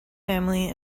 family